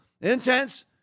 intense